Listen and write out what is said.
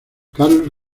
carlos